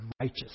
righteous